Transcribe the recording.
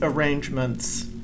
arrangements